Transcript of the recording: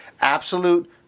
absolute